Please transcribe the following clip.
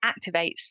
activates